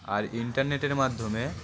আর ইন্টারনেটের মাধ্যমে